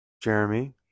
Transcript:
jeremy